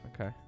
Okay